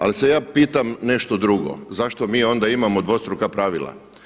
Ali se ja pitam nešto drugo, zašto mi onda imamo dvostruka pravila?